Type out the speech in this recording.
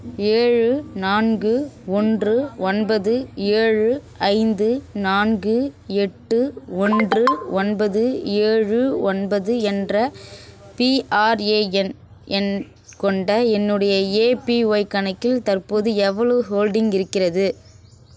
ஏழு நான்கு ஒன்று ஒன்பது ஏழு ஐந்து நான்கு எட்டு ஒன்று ஒன்பது ஏழு ஒன்பது என்ற பிஆர்ஏஎன் எண் கொண்ட என்னுடைய ஏபிஒய் கணக்கில் தற்போது எவ்வளவு ஹோல்டிங் இருக்கிறது